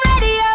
Radio